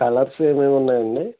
colours ఏమేమి ఉన్నాయి అండి